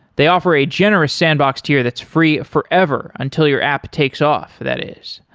they offer a generous sandbox tier that's free forever until your app takes off, that is.